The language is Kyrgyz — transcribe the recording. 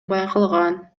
байкалган